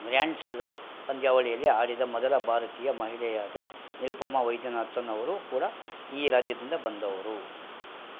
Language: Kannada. ಗ್ರ್ಯಾಂಡ್ ಸ್ಲಮ್ ಪಂದ್ಯಾವಳಿಯಲ್ಲಿ ಆಡಿದ ಮೊದಲ ಭಾರತೀಯ ಮಹಿಳೆಯಾದ ನಿರುಪಮಾ ವೈದ್ಯನಾಥನ್ ಅವರೂ ಕೂಡ ಈ ರಾಜ್ಯದಿಂದ ಬಂದವರು